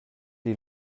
die